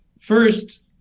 First